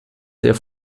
der